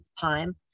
time